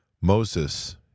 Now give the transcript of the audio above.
Moses